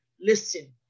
listen